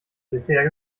dessert